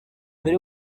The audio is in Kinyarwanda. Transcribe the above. mbere